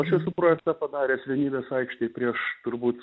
aš esu projektą padaręs vienybės aikštėj prieš turbūt